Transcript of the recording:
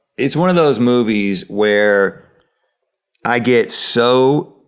it's one of those movies where i get so,